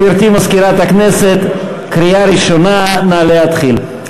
גברתי מזכירת הכנסת, קריאה ראשונה, נא להתחיל.